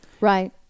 Right